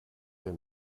der